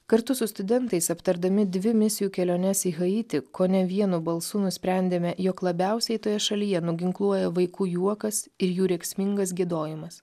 kartu su studentais aptardami dvi misijų keliones į haitį kone vienu balsu nusprendėme jog labiausiai toje šalyje nuginkluoja vaikų juokas ir jų rėksmingas giedojimas